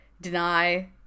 deny